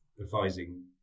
advising